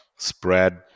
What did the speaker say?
spread